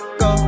go